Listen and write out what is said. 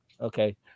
Okay